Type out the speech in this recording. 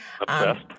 Obsessed